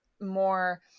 more